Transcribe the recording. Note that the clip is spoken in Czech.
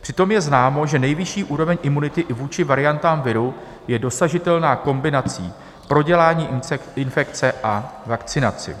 Přitom je známo, že nejvyšší úroveň imunity i vůči variantám viru je dosažitelná kombinací prodělání infekce a vakcinace.